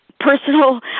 personal